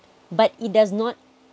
but it does not